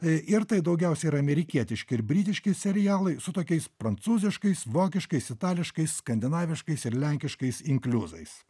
ir tai daugiausia yra amerikietiški ir britiški serialai su tokiais prancūziškais vokiškais itališkais skandinaviškais ir lenkiškais inkliuzais